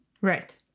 Right